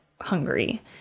hungry